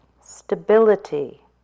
stability